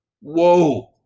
Whoa